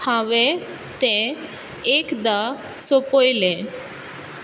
हांवें ते एकदां सोपयलें